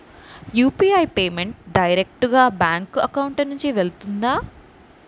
UPI payment direct గా bank account నుంచి వెళ్తుందా?